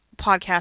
podcast